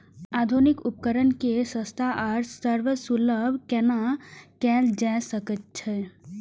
आधुनिक उपकण के सस्ता आर सर्वसुलभ केना कैयल जाए सकेछ?